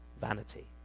vanity